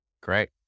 Great